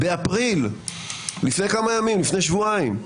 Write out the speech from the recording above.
באפריל, לפני כמה ימים, לפני שבועיים,